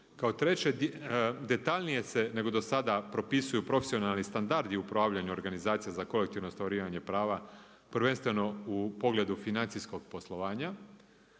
kao treće, detaljnije se nego do sada propisuju profesionalni standardi u upravljanju organizacija za kolektivno ostvarivanje prava prvenstveno u pogledu financijskog poslovanja,